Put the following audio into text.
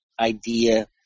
idea